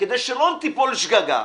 כדי שלא תיפול שגגה,